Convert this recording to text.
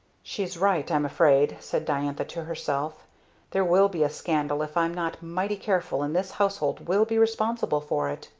she's right, i'm afraid! said diantha to herself there will be a scandal if i'm not mighty careful and this household will be responsible for it!